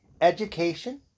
education